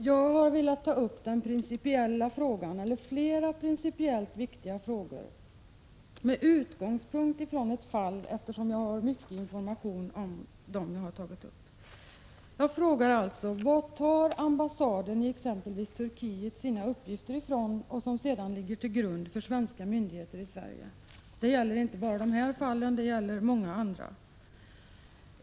Herr talman! Jag har velat ta upp flera principiellt viktiga frågor med utgångspunkt från ett fall, eftersom jag har mycket information om just det. Jag har alltså frågat: Varifrån tar exempelvis den ambassad vi har i Turkiet sina uppgifter, som sedan ligger till grund för svenska myndigheters agerande? Det gäller inte bara det här fallet; det gäller även många andra.